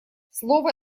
слово